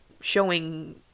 showing